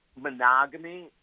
monogamy